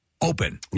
open